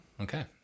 Okay